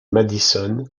madison